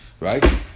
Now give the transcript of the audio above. Right